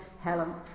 Helen